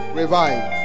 revive